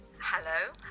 Hello